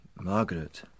Margaret